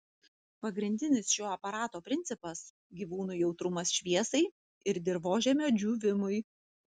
pagrindinis šio aparato principas gyvūnų jautrumas šviesai ir dirvožemio džiūvimui